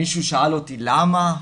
מישהו שאל אותי 'למה?